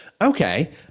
Okay